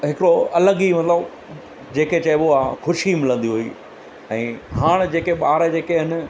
हिकिड़ो अलॻि ई मतिलबु जंहिंखे चइबो आहे ख़ुशी मिलंदी हुई ऐं हाणे जेके ॿार जेके आहिनि